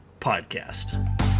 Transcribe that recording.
podcast